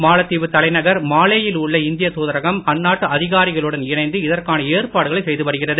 மாலத் தீவு தலைநகர் மாலே யில் உள்ள இந்திய தூதரகம் அந்நாட்டு அதிகாரிகளுடன் இணைந்து இதற்கான ஏற்பாடுகளை செய்து வருகிறது